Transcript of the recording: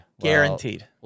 Guaranteed